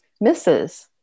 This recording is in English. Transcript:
misses